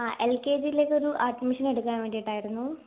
L K G യിലേക്കൊരു admission എടുക്കാൻ വേണ്ടിയിട്ടായിരുന്നു